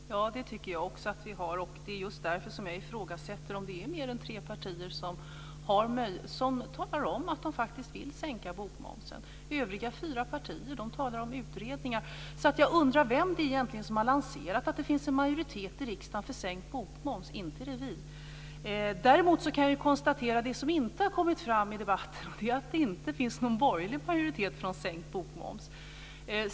Fru talman! Det tycker jag också att vi har. Det är just därför som jag ifrågasätter om det är mer än tre partier som talar om att de faktiskt vill sänka bokmomsen. Övriga fyra partier talar om utredningar. Jag undrar vem det egentligen är som har lanserat att det finns en majoritet i riksdagen för sänkt bokmoms - inte är det vi. Däremot kan jag konstatera det som inte har kommit fram i debatten, och det är att det inte finns någon borgerlig majoritet för en sänkt bokmoms.